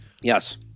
Yes